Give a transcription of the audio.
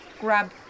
grab